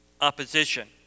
opposition